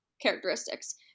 characteristics